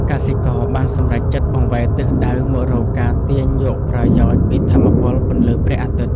កសិករបានសម្រេចចិត្តបង្វែរទិសដៅមករកការទាញយកប្រយោជន៍ពីថាមពលពន្លឺព្រះអាទិត្យ។